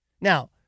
Now